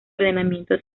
ordenamiento